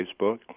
Facebook